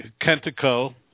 Kentico